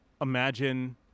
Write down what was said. imagine